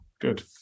Good